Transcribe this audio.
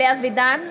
(קוראת בשמות חברי הכנסת)